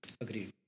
Agreed